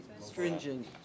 stringent